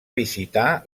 visitar